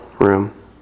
room